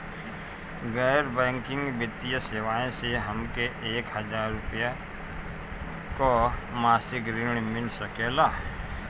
गैर बैंकिंग वित्तीय सेवाएं से हमके एक हज़ार रुपया क मासिक ऋण मिल सकेला?